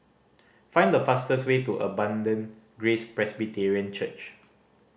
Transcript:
find the fastest way to Abundant Grace Presbyterian Church